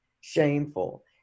shameful